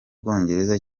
bwongereza